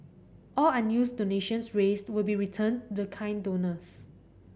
all unused donations raised will be returned to kind donors